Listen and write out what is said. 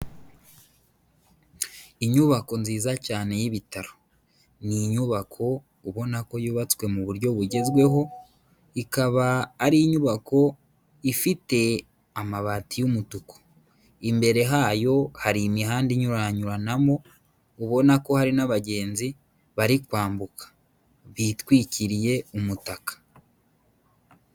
Inyubako nziza cyane y'ibitaro, ni inyubako ubona ko yubatswe mu buryo bugezweho, ikaba ari inyubako ifite amabati y'umutuku, imbere hayo hari imihanda inyuranyuranamo ubona ko hari n'abagenzi bari kwambuka bitwikiriye umutaka.